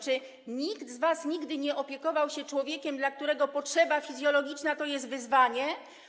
Czy nikt z was nigdy nie opiekował się człowiekiem, dla którego potrzeba fizjologiczna to jest wyzwanie?